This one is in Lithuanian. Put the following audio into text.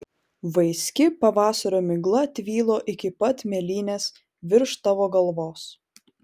vaiski pavasario migla tvylo iki pat mėlynės virš tavo galvos